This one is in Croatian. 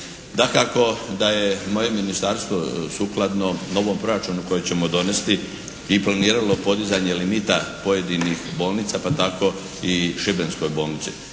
Dakako da je moje ministarstvo sukladno novom proračunu koji ćemo donesti i planirano podizanje limita pojedinih bolnica pa tako i šibenskoj bolnici.